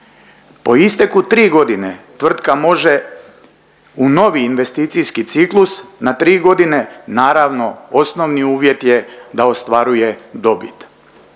Po isteku tri godine tvrtka može u novi investicijski ciklus na tri godine, naravno osnovni uvjet je da ostvaruje dobit.